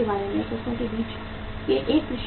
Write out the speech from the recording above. सरसों का बीज एक कृषि उत्पाद है